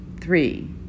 Three